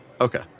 Okay